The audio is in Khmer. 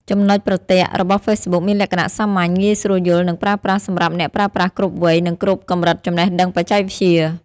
ចំណុចប្រទាក់ របស់ហ្វេសប៊ុកមានលក្ខណៈសាមញ្ញ ងាយស្រួលយល់ និងប្រើប្រាស់សម្រាប់អ្នកប្រើប្រាស់គ្រប់វ័យ និងគ្រប់កម្រិតចំណេះដឹងបច្ចេកវិទ្យា។